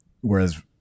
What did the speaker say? whereas